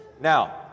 Now